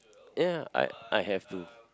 ya I I have to